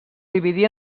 dividí